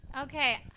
Okay